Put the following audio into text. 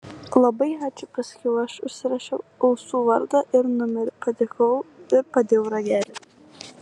labai ačiū pasakiau aš užsirašiau ausų vardą ir numerį padėkojau ir padėjau ragelį